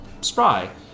spry